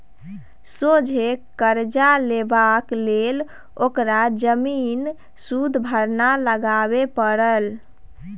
सोझे करजा लेबाक लेल ओकरा जमीन सुदभरना लगबे परलै